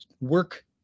work